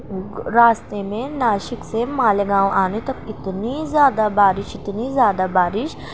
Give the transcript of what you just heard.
راستے میں ناسک سے مالیگاؤں آنے تک اتنی زیادہ بارش اتنی زیادہ بارش